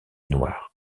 noirs